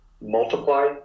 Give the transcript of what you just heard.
multiply